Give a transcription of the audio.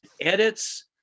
edits